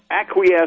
acquiesce